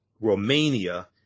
Romania